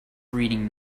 reading